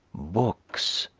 books,